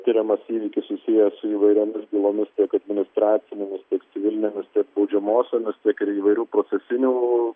tiriamas įvykis susijęs su įvairiomis bylomis tiek administracinėmis civilinėmis tiek baudžiamosiomis tiek ir įvairių procesinių